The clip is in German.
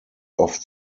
oft